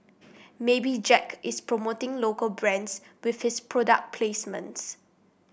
maybe Jack is promoting local brands with his product placements